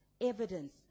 evidence